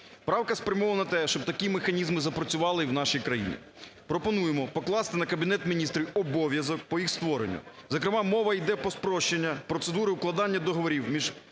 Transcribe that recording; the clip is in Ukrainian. Правка спрямована на те, щоб такі механізми запрацювали і в нашій країні. Пропонуємо покласти на Кабінет Міністрів обов'язок по їх створенню, зокрема мова іде про спрощення процедури укладання договорів про